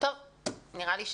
נראה לי,